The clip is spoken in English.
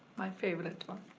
my favorite one.